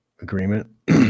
agreement